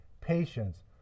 patience